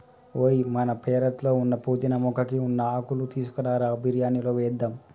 ఓయ్ మన పెరట్లో ఉన్న పుదీనా మొక్కకి ఉన్న ఆకులు తీసుకురా బిరియానిలో వేద్దాం